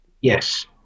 Yes